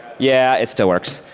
yeah, it still works.